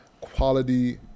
quality